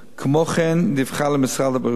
כמו כן, היא דיווחה למשרד הבריאות.